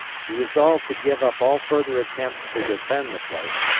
he resolved to give up all further attempts to defend the place,